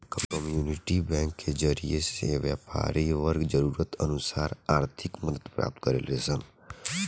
community bank के जरिए से व्यापारी वर्ग जरूरत अनुसार आर्थिक मदद प्राप्त करेलन सन